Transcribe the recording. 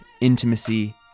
intimacy